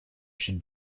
should